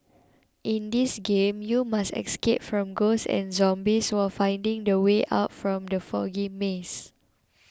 in this game you must escape from ghosts and zombies while finding the way out from the foggy maze